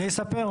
שאני אספר?